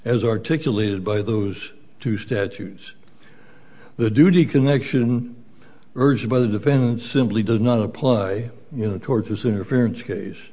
as articulated by those two statues the duty connection urged by the defendant simply does not apply you know towards this interference case